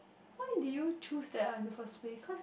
why did you choose that one in the first place